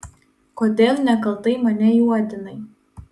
kodėl nekaltai mane juodinai